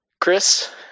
Chris